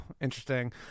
interesting